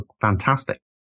fantastic